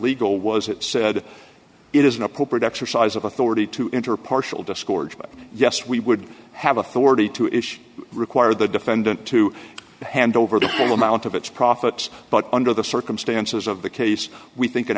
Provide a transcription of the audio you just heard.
legal was it said it is an appropriate exercise of authority to enter partial discourse but yes we would have authority to issue require the defendant to hand over the full amount of its profits but under the circumstances of the case we think an